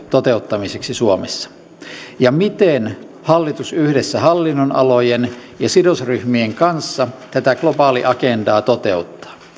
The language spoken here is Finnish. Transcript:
toteuttamiseksi suomessa ja miten hallitus yhdessä hallinnonalojen ja sidosryhmien kanssa tätä globaaliagendaa toteuttaa